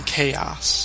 Chaos